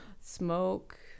smoke